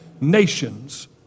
nations